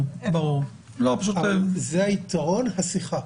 זה יתרון השיחה,